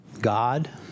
God